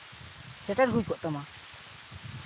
ᱥᱮᱴᱮᱨ ᱦᱩᱭ ᱠᱚᱜ ᱛᱟᱢᱟ